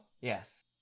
yes